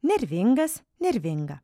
nervingas nervinga